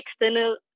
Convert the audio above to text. external